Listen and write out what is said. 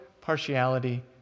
partiality